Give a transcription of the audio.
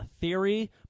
theory